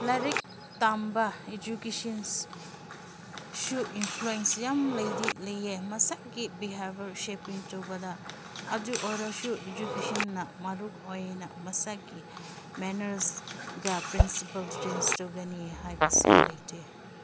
ꯂꯥꯏꯔꯤꯛ ꯇꯝꯕ ꯏꯖꯨꯀꯦꯁꯟꯁꯨ ꯏꯟꯐ꯭ꯂꯨꯋꯦꯟꯁ ꯌꯥꯝ ꯂꯩꯗꯤ ꯂꯩꯌꯦ ꯃꯁꯥꯒꯤ ꯕꯤꯍꯦꯕꯔꯁꯦ ꯁꯦꯄꯤꯡ ꯇꯧꯕꯗ ꯑꯗꯨ ꯑꯣꯏꯔꯁꯨ ꯏꯖꯨꯀꯦꯁꯟꯅ ꯃꯔꯨ ꯑꯣꯏꯅ ꯃꯁꯥꯒꯤ ꯃꯦꯅꯔꯁꯒ ꯄ꯭ꯔꯤꯟꯁꯤꯄꯜ ꯆꯦꯟꯖ ꯇꯧꯒꯅꯤ ꯍꯥꯏꯕꯁꯦ ꯂꯩꯇꯦ